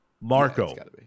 Marco